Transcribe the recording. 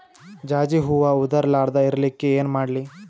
ಜಾಜಿ ಹೂವ ಉದರ್ ಲಾರದ ಇರಲಿಕ್ಕಿ ಏನ ಮಾಡ್ಲಿ?